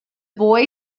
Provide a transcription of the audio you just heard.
boy